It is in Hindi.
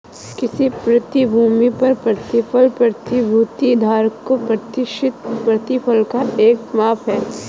किसी प्रतिभूति पर प्रतिफल प्रतिभूति धारक को प्रत्याशित प्रतिफल का एक माप है